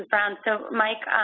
brown. so, mike,